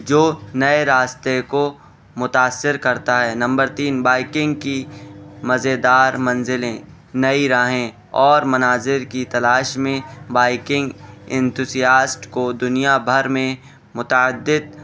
جو نئے راستے کو متاثر کرتا ہے نمبر تین بائکنگ کی مزیدار منزلیں نئی راہیں اور مناظر کی تلاش میں بائکنگ انتھوسیاسٹ کو دنیا بھر میں متعدد